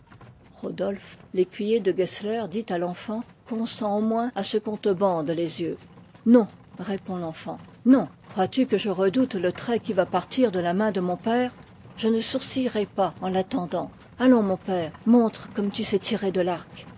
rodolphe l'écuyer de gessler dit à l'enfant consens au moins à ce qu'on te bande les yeux non répond l'enfant non crois-tu que je redoute le trait qui va partir de la main de mon père je ne sourcillerai pas en l'attendant allons mon père montre comme tu sais tirer de t'arc